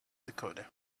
dakota